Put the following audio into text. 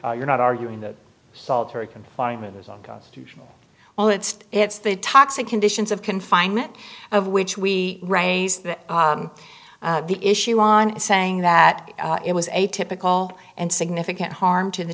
here you're not arguing that solitary confinement is unconstitutional well it's it's the toxic conditions of confinement of which we raise the issue on saying that it was atypical and significant harm to the